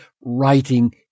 writing